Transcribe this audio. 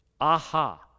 aha